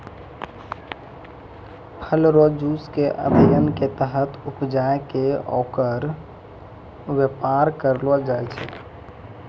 फल रो जुस के अध्ययन के तहत उपजाय कै ओकर वेपार करलो जाय छै